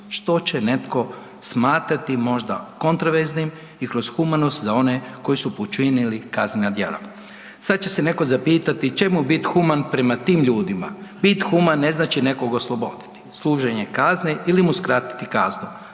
što će netko smatrati možda kontroverznim i kroz humanost za one koji su počinili kaznena djela. Sad će se netko zapitati čemu biti human prema tim ljudima? Bit human ne znači nekoga osloboditi služenja kazne ili mu skratiti kaznu.